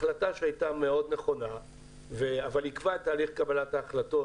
זו החלטה שהייתה מאוד נכונה אבל עכבה את תהליך קבלת ההחלטות